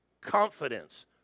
confidence